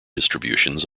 distributions